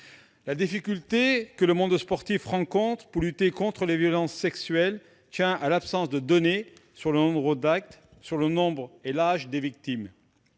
La difficulté que le monde sportif rencontre pour lutter contre les violences sexuelles tient à l'absence de données sur le nombre d'actes et l'âge des victimes.